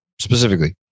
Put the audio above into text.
specifically